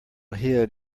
hid